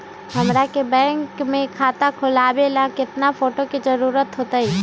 हमरा के बैंक में खाता खोलबाबे ला केतना फोटो के जरूरत होतई?